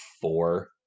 four